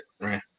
Right